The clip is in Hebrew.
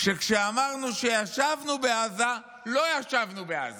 שכשאמרנו שישבנו בעזה, לא ישבנו בעזה.